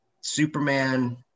Superman